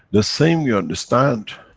the same you understand,